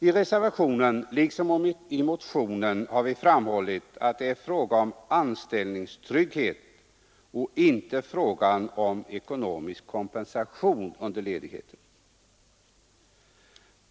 I reservationen liksom i motionen har vi framhållit, att det är fråga om anställningstrygghet och inte om ekonomisk kompensation under ledighet.